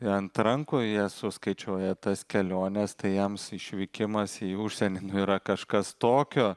ant rankų jie suskaičiuoja tas keliones tai jiems išvykimas į užsienį yra kažkas tokio